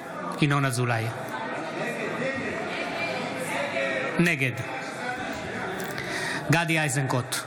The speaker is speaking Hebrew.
אזולאי, נגד גדי איזנקוט,